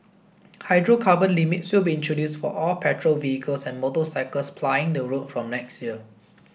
hydrocarbon limits will be introduced for all petrol vehicles and motorcycles plying the road from next year